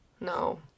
No